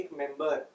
member